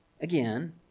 Again